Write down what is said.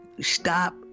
stop